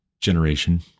generation